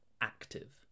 active